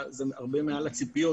זה הרבה מעל הציפיות